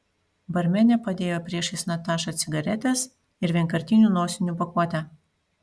barmenė padėjo priešais natašą cigaretes ir vienkartinių nosinių pakuotę